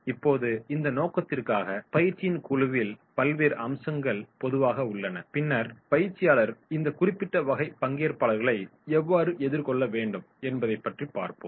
இப்போது இந்த நோக்கத்திற்காக பயிற்சியின் குழுவில் பல்வேறு அம்சங்கள் பொதுவாக உள்ளன பின்னர் பயிற்சியாளர்கள் இந்த குறிப்பிட்ட வகை பங்கேற்பாளர்களை எவ்வாறு எதிர்கொள்ள வேண்டும் என்பதைப் பற்றி பார்ப்போம்